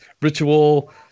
ritual